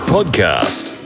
Podcast